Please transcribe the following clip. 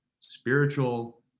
spiritual